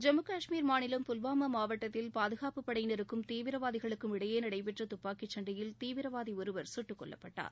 ஜம்முகஷ்மீர் மாநிலம் புல்வாமா மாவட்டத்தில் பாதுகாப்புப்படையினருக்கும் தீவிரவாதி இடையே நடைபெற்ற துப்பாக்கிச்சண்டையில் தீவிரவாதி ஒருவர் சுட்டுக்கொல்லப்பட்டான்